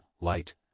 Light